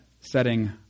setting